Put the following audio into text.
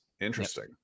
Interesting